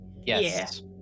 Yes